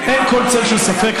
אין כל צל של ספק,